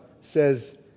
says